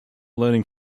learning